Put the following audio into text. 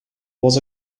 was